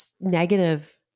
negative